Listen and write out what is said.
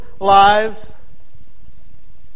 lives